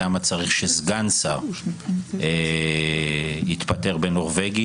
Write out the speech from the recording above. למה צריך שסגן שר יתפטר בנורבגי?